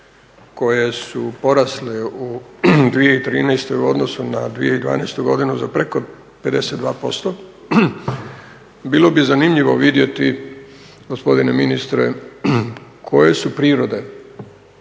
koje su porasle u 2013. u odnosu na 2012. godinu za preko 52%, bilo bi zanimljivo vidjeti gospodine ministre koje su prirode